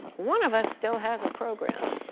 one of us still has a program.